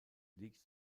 liegt